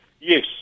Yes